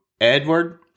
Edward